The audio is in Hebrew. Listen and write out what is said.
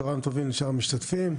צוהריים טובים לשאר המשתתפים.